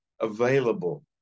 available